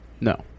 No